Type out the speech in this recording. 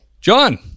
John